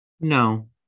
no